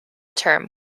term